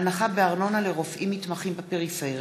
הנחה בארנונה לרופאים מתמחים בפריפריה),